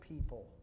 people